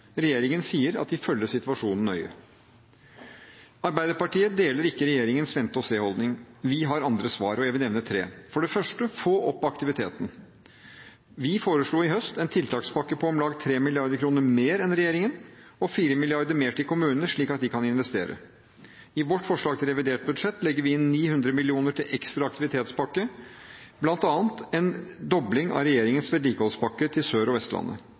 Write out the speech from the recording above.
Regjeringen sier at de følger situasjonen nøye. Arbeiderpartiet deler ikke regjeringens vente-og-se-holdning. Vi har andre svar, og jeg vil nevne tre. For det første: få opp aktiviteten. Vi foreslo i høst en tiltakspakke på om lag 3 mrd. kr mer enn regjeringen og 4 mrd. kr mer til kommunene slik at de kan investere. I vårt forslag til revidert budsjett legger vi inn 900 mill. kr til ekstra aktivitetspakke, bl.a. en dobling av regjeringens vedlikeholdspakke til Sør- og Vestlandet.